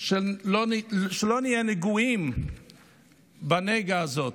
שלא נהיה נגועים בנגע הזה.